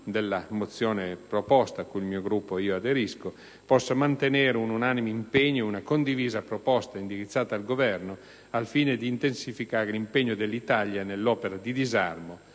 della mozione presentata, cui il mio Gruppo ed io aderiamo, possa maturare un unanime impegno e una condivisa proposta indirizzata al Governo al fine di intensificare l'impegno dell'Italia nell'opera di disarmo